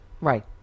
right